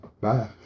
bye